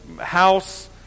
house